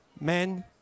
men